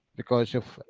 because of.